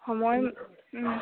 সময়